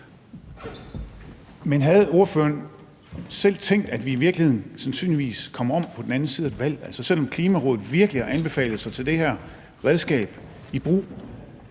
Men havde ordføreren selv tænkt, at vi i virkeligheden sandsynligvis kom om på den anden side af et valg? Altså, selv om Klimarådet virkelig har anbefalet os at tage det her redskab i brug,